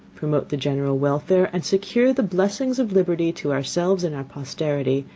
promote the general welfare, and secure the blessings of liberty to ourselves and our posterity,